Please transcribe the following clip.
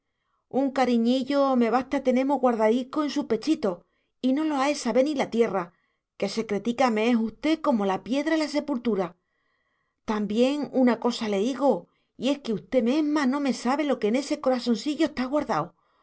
un cariñiyo me vasté a tener mu guardadico en su pechito y no lo ae sabé ni la tierra que secretica me es usté como la piedra e la sepultura también una cosa le igo y es que usté mesma no me sabe lo que en ese corasonsiyo está guardao